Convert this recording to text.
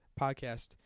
podcast